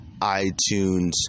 iTunes